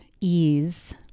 ease